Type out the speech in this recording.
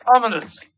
ominous